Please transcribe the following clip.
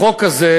החוק הזה,